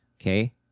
okay